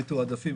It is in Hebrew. במתועדפים.